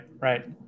right